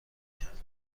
کرد